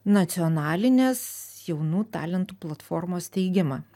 nacionalinės jaunų talentų platformos steigimą